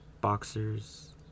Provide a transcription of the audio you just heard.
Boxers